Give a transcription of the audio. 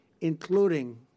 including